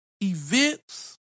events